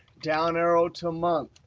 down arrow to month,